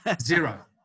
Zero